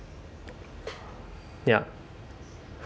yup